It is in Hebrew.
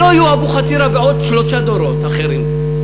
לא יהיו אבוחצירא בעוד שלושה דורות אחרים.